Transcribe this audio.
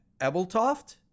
Ebeltoft